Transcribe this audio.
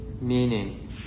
meaning